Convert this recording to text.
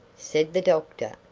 said the doctor,